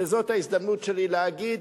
וזאת ההזדמנות שלי להגיד,